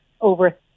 over